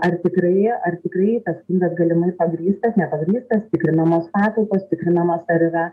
ar tikrai ar tikrai tas skundas galimai pagrįstas nepagrįstas tikrinamos patalpos tikrinamos ar yra